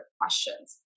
questions